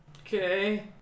Okay